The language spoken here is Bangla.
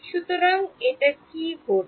সুতরাং এই কি ঘটছে